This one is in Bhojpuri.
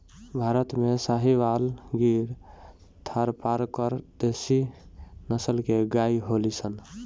भारत में साहीवाल, गिर, थारपारकर देशी नसल के गाई होलि सन